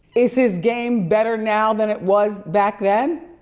is his game better now than it was back then?